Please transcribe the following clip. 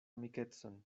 amikecon